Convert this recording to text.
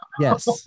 yes